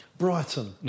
Brighton